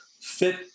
fit